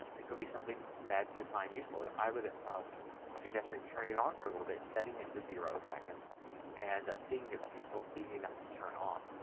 it could be something that you find useful. i would um suggest maybe turning on for a little bit. set and it to zero seconds and see if it's useful. it's easy enough to turn off.